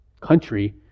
country